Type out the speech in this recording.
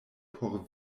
por